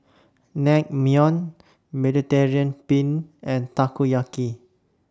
Naengmyeon Mediterranean Penne and Takoyaki